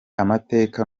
amateka